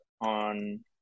on